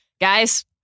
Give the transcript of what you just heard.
Guys